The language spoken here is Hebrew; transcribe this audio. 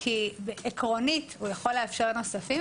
כי עקרונית הוא יכול לאפשר נוספים,